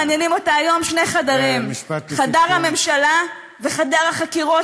מעניינים אותה היום שני חדרים: חדר הממשלה וחדר החקירות,